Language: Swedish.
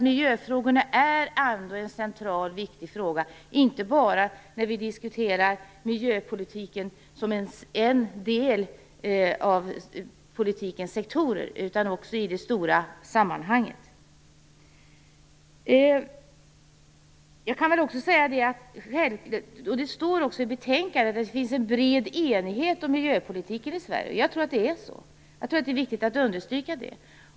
Miljön är en central och viktig fråga, inte bara när vi diskuterar miljöpolitiken som en del av politikens sektorer utan också i ett större sammanhang. I betänkandet står det att det finns en bred enighet om miljöpolitiken i Sverige. Jag tror att det är så och att det är viktigt att understryka det.